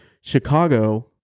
Chicago